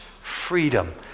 freedom